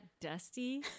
dusty